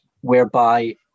whereby